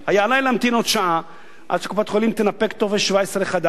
היה עלי להמתין עוד שעה עד שקופת-החולים תנפק טופס 17 חדש,